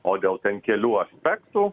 o dėl ten kelių aspektų